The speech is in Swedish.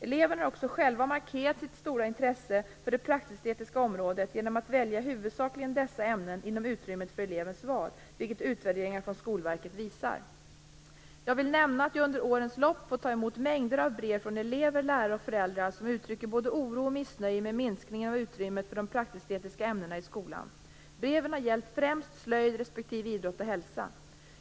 Eleverna har också själva markerat sitt stora intresse för det praktisk estetiska ämnena i skolan. Breven har gällt främst slöjd respektive idrott och hälsa.